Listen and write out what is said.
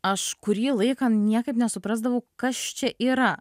aš kurį laiką niekaip nesuprasdavau kas čia yra